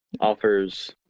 Offers